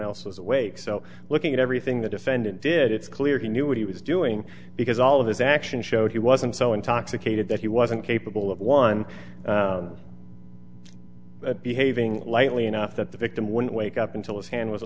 else was awake so looking at everything the defendant did it's clear he knew what he was doing because all of his actions showed he wasn't so intoxicated that he wasn't capable of one behaving lightly enough that the victim when wake up until his hand was